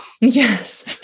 yes